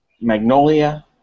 Magnolia